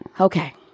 Okay